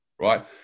right